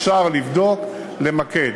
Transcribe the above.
אפשר לבדוק, למקד.